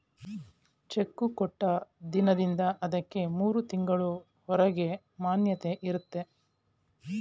cheque ಕೊಟ್ಟ ದಿನದಿಂದ ಅದಕ್ಕೆ ಮೂರು ತಿಂಗಳು ಹೊರಗೆ ಮಾನ್ಯತೆ ಇರುತ್ತೆ